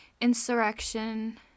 insurrection